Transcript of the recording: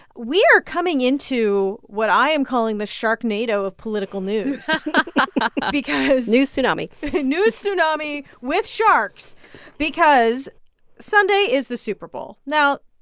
we are coming into what i am calling the sharknado of political news and because. news tsunami news tsunami with sharks because sunday is the super bowl. now,